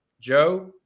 Joe